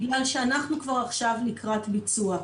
בגלל שאנחנו כבר עכשיו לקראת ביצוע,